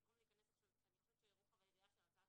במקום להיכנס עכשיו --- אני חושבת שרוחב היריעה של הצעת